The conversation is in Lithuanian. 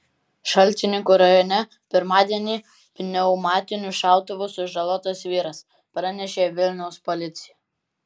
šalčininkų rajone pirmadienį pneumatiniu šautuvu sužalotas vyras pranešė vilniaus policija